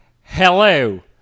hello